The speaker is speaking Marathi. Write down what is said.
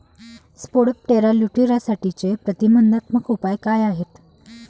स्पोडोप्टेरा लिट्युरासाठीचे प्रतिबंधात्मक उपाय काय आहेत?